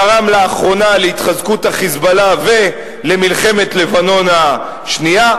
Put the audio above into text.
גרמה לאחרונה להתחזקות ה"חיזבאללה" ולמלחמת לבנון השנייה.